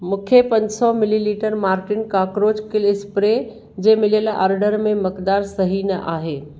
मूंखे पंज सौ millilitre Mortein cockroach kill spray जे मिलियलु ऑर्डर में मिक़्दारु सही न आहे